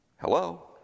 Hello